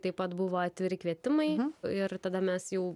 taip pat buvo atviri kvietimai ir tada mes jau